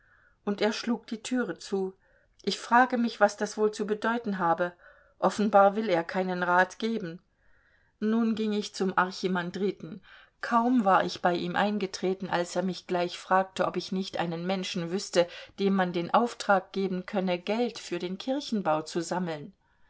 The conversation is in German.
und er schlug die türe zu ich frage mich was das wohl zu bedeuten habe offenbar will er keinen rat geben nun ging ich zum archimandriten kaum war ich bei ihm eingetreten als er mich gleich fragte ob ich nicht einen menschen wüßte dem man den auftrag geben könne geld für den kirchenbau zu sammeln